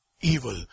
evil